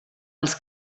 els